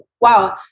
Wow